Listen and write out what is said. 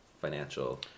financial